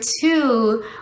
two